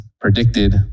predicted